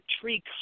tree